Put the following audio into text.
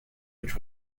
which